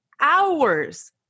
hours